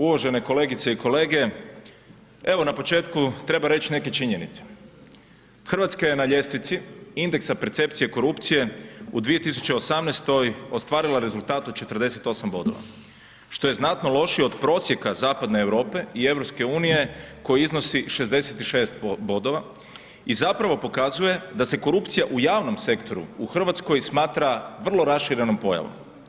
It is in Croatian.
Uvažene kolegice i kolege, na početku treba reći neke činjenice, Hrvatska je na ljestvici indeksa percepcije, korupcije u 2018. ostvarila rezultat od 48 bodova, što je znatno lošije od prosjeka zapadne Europe i EU koja iznosi 66 bodova i zapravo pokazuje da se korupcija u javnom sektoru u Hrvatskoj smatra vrlo raširenom pojavom.